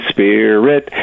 Spirit